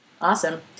Awesome